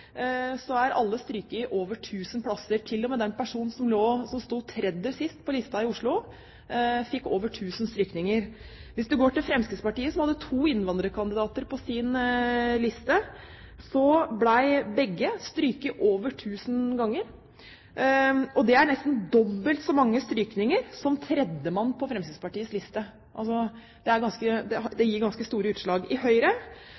den personen som sto tredje sist på lista i Oslo, fikk over 1 000 strykninger. Hvis vi går til Fremskrittspartiet, som hadde to innvandrerkandidater på sin liste, ble begge strøket over 1 000 ganger. Det er nesten dobbelt så mange strykninger som tredjemann på Fremskrittspartiets liste fikk. Det gir ganske store utslag. I Høyre